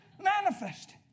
Manifest